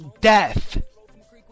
death